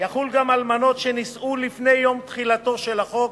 יחול גם על אלמנות שנישאו לפני יום תחילתו של החוק,